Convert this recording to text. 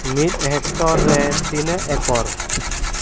ᱢᱤᱫ ᱦᱮᱠᱴᱚᱨ ᱨᱮ ᱛᱤᱱᱟᱹᱜ ᱮᱠᱚᱨ